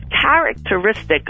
characteristic